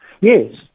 Yes